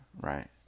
right